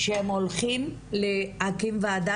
שהם הולכים להקים וועדה,